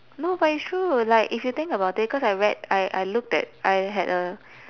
no but it's true like if you think about it cause I read I looked at I had a